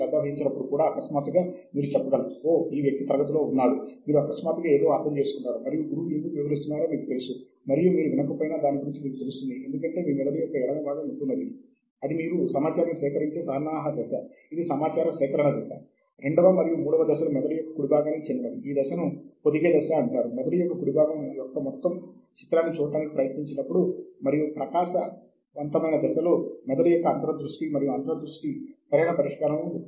ఈ రెండు రకాలైన ఆకృతుల వివరాలు మరియు ఎలాంటి ఫీల్డ్లు అందుబాటులో ఉన్నాయి అనే వాటి గురించి సాహిత్య శోధనను ఎలా సేకరించాలి అన్న విషయాలు చెప్పేటప్పుడు ఒక ప్రదర్శన ద్వారా క్లుప్తంగా వివరిస్తాను